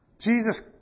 Jesus